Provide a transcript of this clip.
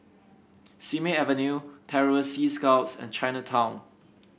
Simei Avenue Terror Sea Scouts and Chinatown